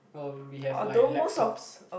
oh we have like laptops